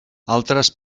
altres